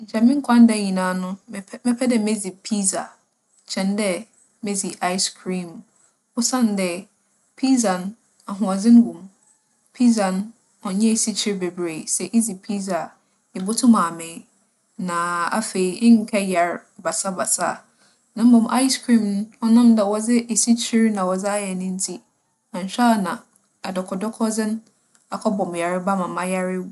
Nkyɛ mo nkwa nda nyina no mepɛ -mɛpɛ dɛ medzi piidza kyɛn dɛ medzi aes kriim. Osiandɛ, piidza no, ahoͻdzen wͻ mu. Piidza no, ͻnnyɛ esikyir beberee. Sɛ idzi piidza a, ibotum amee na afei, ennkɛyar basabasa. Na mbom aes kriim no, ͻnam dɛ wͻdze esikyir na wͻdze ayɛ no ntsi, annhwɛ a na adͻkͻdͻkͻdze no akͻbͻ me yarba ma mayar ewu.